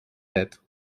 tet